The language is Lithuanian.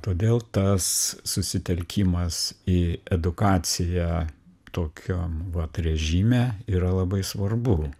todėl tas susitelkimas į edukaciją tokiam vat režime yra labai svarbu